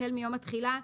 החל מיום התחילה,